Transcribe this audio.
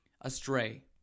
astray